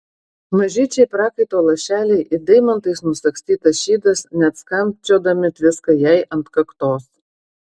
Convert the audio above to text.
mažyčiai prakaito lašeliai it deimantais nusagstytas šydas net skambčiodami tviska jai ant kaktos